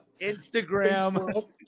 Instagram